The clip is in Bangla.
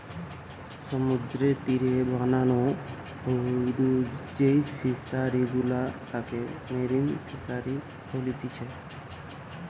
সমুদ্রের তীরে বানানো হয়ঢু যেই ফিশারি গুলা তাকে মেরিন ফিসারী বলতিচ্ছে